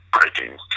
breaking